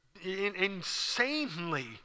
insanely